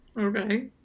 Okay